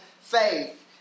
faith